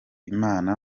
imana